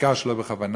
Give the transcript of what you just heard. בעיקר שלא בכוונה,